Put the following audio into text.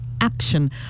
action